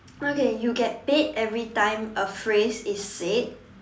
okay you get paid every time a phrase is said